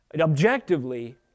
objectively